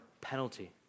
penalty